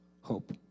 hope